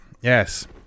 yes